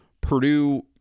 Purdue